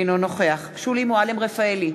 אינו נוכח שולי מועלם-רפאלי,